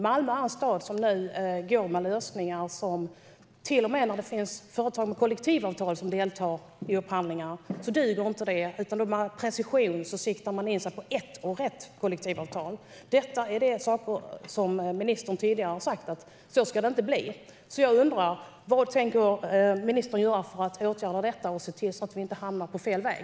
Malmö är en stad där inte ens företag med kollektivavtal som deltar i upphandlingar duger, utan i stället preciseras villkoren så att det går att sikta in sig på ett och rätt kollektivavtal. Ministern har tidigare sagt att det inte ska vara så. Vad tänker ministern göra för att åtgärda detta och se till att vi inte hamnar på fel väg?